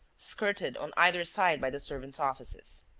skirted on either side by the servants' offices.